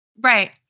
Right